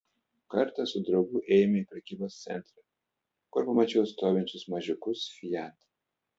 kartą su draugu ėjome į prekybos centrą kur pamačiau stovinčius mažiukus fiat